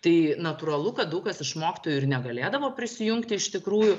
tai natūralu kad daug kas iš mokytojų ir negalėdavo prisijungti iš tikrųjų